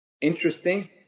interesting